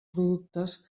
productes